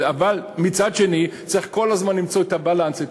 אבל מצד שני צריך כל זמן למצוא את ה-balance,